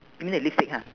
you mean the lipstick ha